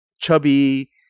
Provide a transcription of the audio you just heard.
chubby